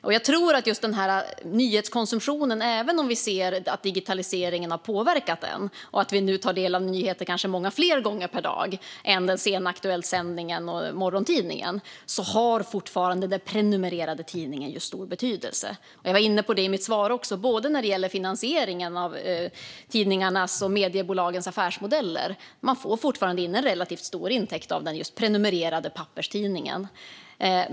Även om digitaliseringen har påverkat nyhetskonsumtionen och vi nu kanske tar del av nyheter många fler gånger per dag än den sena Aktuellt sändningen och morgontidningen har fortfarande den prenumererade tidningen stor betydelse. Jag var inne på det i mitt svar också gällande finansieringen av tidningarnas och mediebolagens affärsmodeller. Man får fortfarande in relativt stora intäkter från den prenumererade papperstidningen.